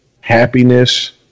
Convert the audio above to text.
happiness